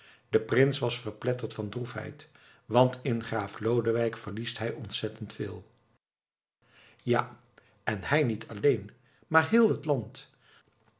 de prins was verpletterd van droefheid want in graaf lodewijk verliest hij ontzettend veel ja en hij niet alleen maar heel het land